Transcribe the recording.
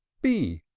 b!